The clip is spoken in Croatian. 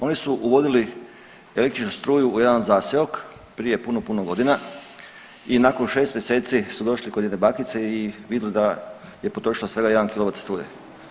Oni su uvodili električnu struju u jedan zaseok prije puno, puno godina i nakon šest mjeseci su došli kod jedne bakice i vidjeli da je potrošila svega 1 kilovat struje.